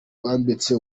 wambitse